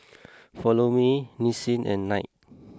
Follow Me Nissin and Knight